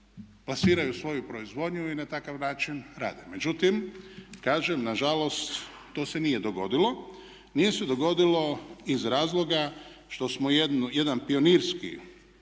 plasiraju svoju proizvodnju i na takav način rade. Međutim, kažem nažalost to se nije dogodilo, nije se dogodilo iz razloga što smo jedan pionirski